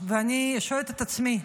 ואני שואלת את עצמי: